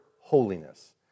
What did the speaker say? holiness